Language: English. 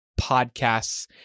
podcasts